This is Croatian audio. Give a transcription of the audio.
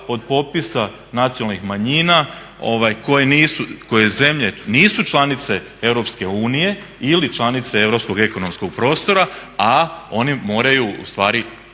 od popisa nacionalnih manjina koje nisu, koje zemlje nisu članice EU ili članice europskog ekonomskog prostora a one moraju, u stvari